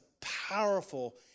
powerful